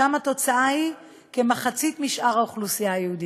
שם התוצאה היא כמחצית משאר האוכלוסייה היהודית.